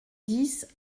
dix